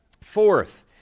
fourth